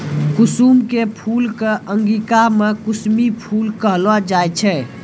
कुसुम के फूल कॅ अंगिका मॅ कुसमी फूल कहलो जाय छै